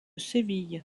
séville